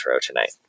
tonight